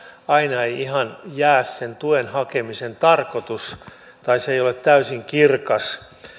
aina ei ihan käy selville sen tuen hakemisen tarkoitus tai se ei ole täysin kirkas